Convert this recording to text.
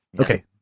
Okay